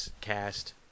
cast